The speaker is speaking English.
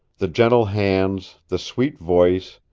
the gentle hands, the sweet voice,